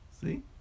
See